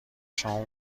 شما